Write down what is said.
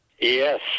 yes